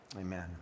amen